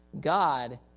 God